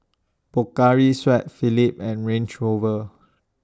Pocari Sweat Phillips and Range Rover